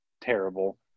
terrible